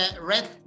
Red